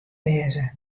wêze